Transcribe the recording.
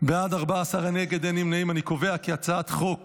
את הצעת חוק